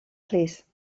plîs